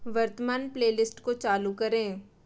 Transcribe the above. वर्तमान प्लेलिस्ट को चालू करें